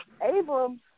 Abram